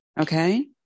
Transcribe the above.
okay